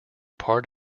part